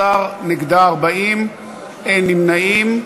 15, נגדה, 40, אין נמנעים.